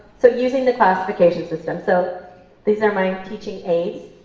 so using the classification system. so these are my teaching aids,